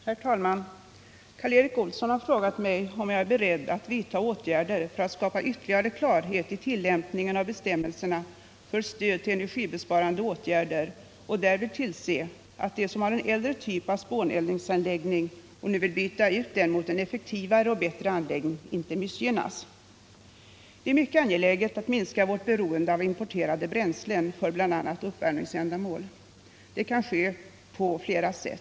Herr talman! Karl Erik Olsson har frågat mig om jag är beredd att vidta åtgärder för att skapa ytterligare klarhet i tillämpningen av bestämmelserna för stöd till energibesparande åtgärder och därvid tillse att de som har en äldre typ av spåneldningsanläggning och nu vill byta ut den mot en effektivare och Det är mycket angeläget att minska vårt beroende av importerade bränslen Tisdagen den för bl.a. uppvärmningsändamål. Det kan ske på flera sätt.